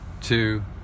two